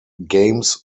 games